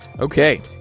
Okay